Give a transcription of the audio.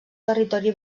territori